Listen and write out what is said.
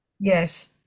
yes